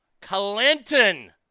Clinton